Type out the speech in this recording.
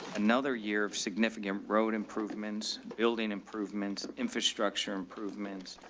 another year of significant road improvements, building improvements, infrastructure improvements,